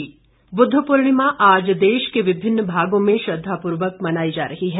बुद्ध पूर्णिमा बुद्ध पूर्णिमा आज देश के विभिन्न भागों में श्रद्धा पूर्वक मनाई जा रही है